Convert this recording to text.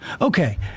okay